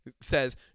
says